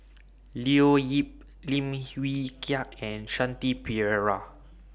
Leo Yip Lim Wee Kiak and Shanti Pereira